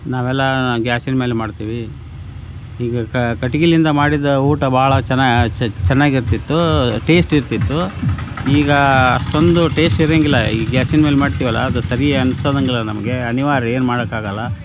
ನಾವೆಲ್ಲ ಗ್ಯಾಸಿನ ಮೇಲೆ ಮಾಡ್ತೀವಿ ಈಗ ಕಟ್ಗೆಲಿಂದ ಮಾಡಿದ ಊಟ ಭಾಳ ಚೆನ್ನಾಗಿ ಚೆನ್ನಾಗಿರ್ತಿತ್ತು ಟೇಸ್ಟ್ ಇರ್ತಿತ್ತು ಈಗ ಅಷ್ಟೊಂದು ಟೇಸ್ಟ್ ಇರೋಂಗಿಲ್ಲ ಈ ಗ್ಯಾಸಿನ ಮೇಲೆ ಮಾಡ್ತೀವಲ್ವ ಅದು ಸರಿ ಅನ್ಸದಂಗಲ್ಲ ನಮಗೆ ಅನಿವಾರ್ಯ ಏನೂ ಮಾಡೋಕಾಗಲ್ಲ